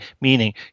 meaning